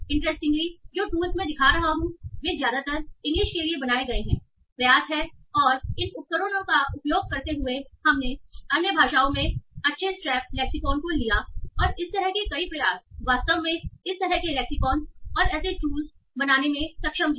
interestingly जो tools मैं दिखा रहा हूं वे ज्यादातर इंग्लिश के लिए बनाए गए हैं प्रयास हैं और इन उपकरणों का उपयोग करते हुए हमने अन्य भाषाओं में अच्छे स्ट्रैप लेक्सीकौन को लिया और इस तरह के कई प्रयास वास्तव में इस तरह के लेक्सीकौन और ऐसे टूल्स बनाने में सक्षम हैं